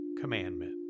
commandment